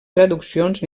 traduccions